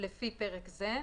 לפי אחריותפרק זה,